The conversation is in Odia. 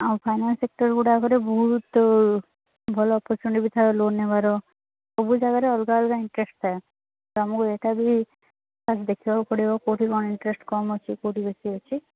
ଆଉ ଫାଇନାନ୍ସ ସେକ୍ଟର୍ଗୁଡ଼ାକରେ ବହୁତ ଭଲ ପର୍ସେଣ୍ଟ୍ ବି ଥାଏ ଲୋନ୍ ନେବାର ସବୁ ଜାଗାରେ ଅଲଗା ଅଲଗା ଇଂଟରେଷ୍ଟ୍ ଥାଏ ଆମକୁ ଏଇଟା ବି ବାସ୍ ଦେଖିବାକୁ ପଡ଼ିବ କେଉଁଠି କ'ଣ ଇଂଟରେଷ୍ଟ୍ କମ୍ ଅଛି କେଉଁଠି ବେଶୀ ଅଛି